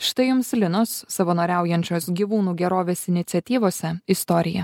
štai jums linos savanoriaujančios gyvūnų gerovės iniciatyvose istorija